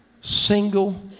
single